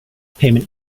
payment